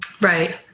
Right